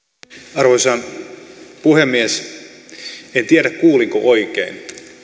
arvoisa puhemies en tiedä kuulinko oikein